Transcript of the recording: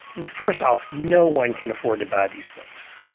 first off, no one can afford to buy these books.